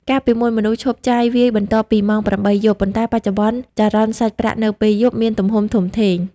កាលពីមុន មនុស្សឈប់ចាយវាយបន្ទាប់ពីម៉ោង ៨ យប់ ប៉ុន្តែបច្ចុប្បន្ន ចរន្តសាច់ប្រាក់នៅពេលយប់មានទំហំធំធេង។